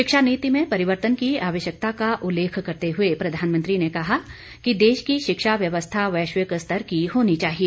शिक्षा नीति में परिवर्तन की आवश्यकता का उल्लेख करते हुए प्रधानमंत्री ने कहा कि देश की शिक्षा व्यवस्था वैश्विक स्तर की होनी चाहिए